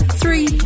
three